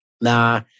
Nah